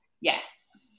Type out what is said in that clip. yes